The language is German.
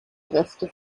reste